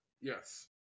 Yes